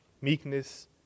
meekness